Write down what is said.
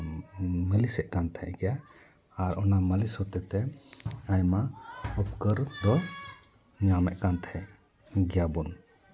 ᱢᱟᱹᱞᱤᱥᱮᱜ ᱠᱟᱱ ᱛᱟᱦᱮᱸ ᱜᱮᱭᱟ ᱟᱨ ᱚᱱᱟ ᱢᱟᱹᱞᱤᱥ ᱦᱚᱛᱮ ᱛᱮ ᱟᱭᱢᱟ ᱩᱯᱠᱟᱹᱨ ᱫᱚ ᱧᱟᱢᱮᱜ ᱛᱟᱦᱮᱸᱜ ᱜᱮᱭᱟ ᱵᱚᱱ